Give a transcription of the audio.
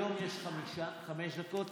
היום יש חמש דקות.